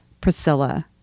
Priscilla